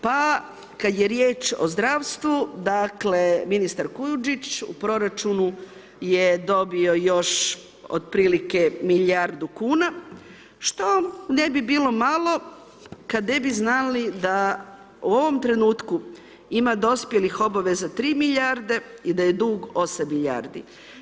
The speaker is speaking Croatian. Pa kada je riječ o zdravstvu, dakle, ministar Kujundžić u proračunu je dobio još otprilike milijardu kuna, što ne bi bilo malo, kada ne bi znali da u ovom trenutku ima dospjelih obveza 3 milijarde i da je dug 8 milijardi.